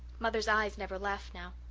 mother's eyes never laugh now.